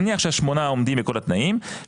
נניח שהשמונה עומדים בכל התנאים,